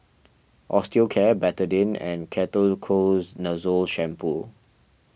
Osteocare Betadine and Ketoconazole Shampoo